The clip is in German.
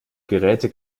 geräte